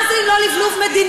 מה זה אם לא לבלוב מדיני?